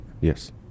Yes